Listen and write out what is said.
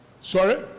Sorry